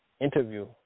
interview